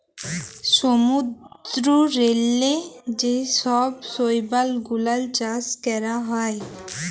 সমুদ্দূরেল্লে যে ছব শৈবাল গুলাল চাষ ক্যরা হ্যয়